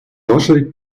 ваши